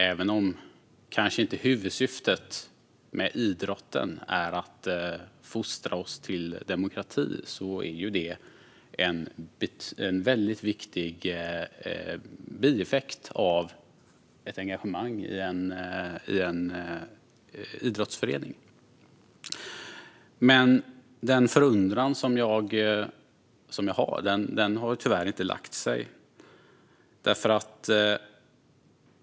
Även om huvudsyftet med idrotten kanske inte är att fostra oss i demokrati är detta en väldigt viktig bieffekt av ett engagemang i en idrottsförening. Min förundran har tyvärr inte lagt sig.